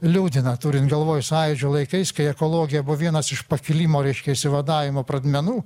liūdina turint galvoj sąjūdžio laikais kai ekologija buvo vienas iš pakilimo reiškia išsivadavimo pradmenų